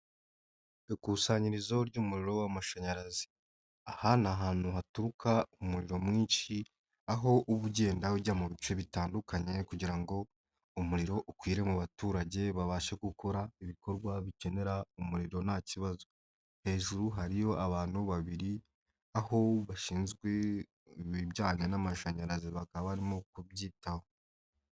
Ikusanyirizo ry'umuriro w'amashanyarazi. Aha ni ahantu haturuka umuriro mwinshi, aho uba ugenda ujya mu bice bitandukanye kugira ngo umuriro ukwire mu baturage, babashe gukora ibikorwa bikenera umuriro nta kibazo. Hejuru hariyo abantu babiri, aho bashinzwe ibijyanye n'amashanyarazi bakaba barimo kubyitaho.